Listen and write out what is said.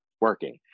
working